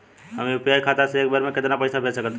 हम यू.पी.आई खाता से एक बेर म केतना पइसा भेज सकऽ तानि?